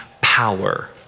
power